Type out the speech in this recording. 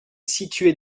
située